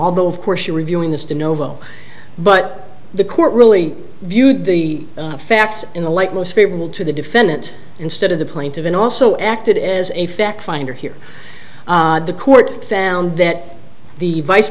although of course you're reviewing this to novo but the court really viewed the facts in the light most favorable to the defendant instead of the plaintiff in also acted as a fact finder here the court found that the vice